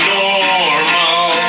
Normal